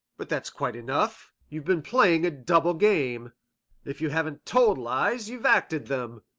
but that's quite enough. you've been playing a double game if you haven't told lies, you've acted them.